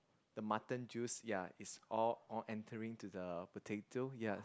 the mutton juice ya is all all entering to the potato ya